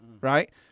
right